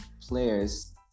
players